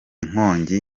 nkongi